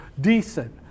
decent